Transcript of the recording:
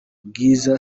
bwiza